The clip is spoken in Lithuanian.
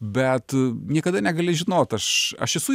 bet niekada negali žinot aš aš esu